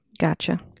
Gotcha